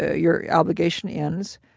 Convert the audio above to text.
ah your obligation ends.